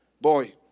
Boy